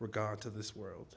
regard to this world